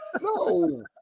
No